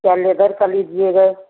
या लेदर का लीजिएगा